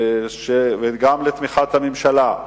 גם לתמיכת הממשלה,